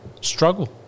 Struggle